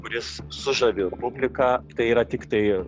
kuris sužavi publiką tai yra tiktai